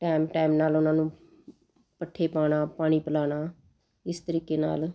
time time ਨਾਲ ਉਹਨਾਂ ਨੂੰ ਪੱਠੇ ਪਾਉਣਾ ਪਾਣੀ ਪਿਲਾਉਣਾ ਇਸ ਤਰੀਕੇ ਨਾਲ